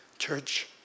Church